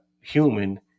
human